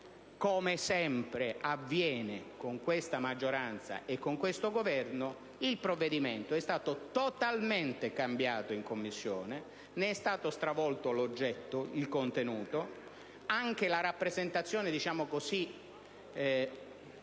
come sempre avviene con questa maggioranza e con questo Governo, il provvedimento è stato totalmente cambiato in Commissione, ne è stata stravolto l'oggetto, il contenuto ed anche la rappresentazione per così